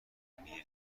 بیاحترامی